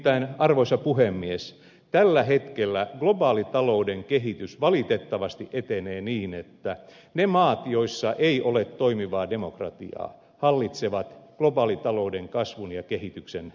nimittäin arvoisa puhemies tällä hetkellä globaalitalouden kehitys valitettavasti etenee niin että ne maat joissa ei ole toimivaa demokratiaa hallitsevat globaalitalouden kasvun ja kehityksen etenemistä